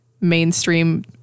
mainstream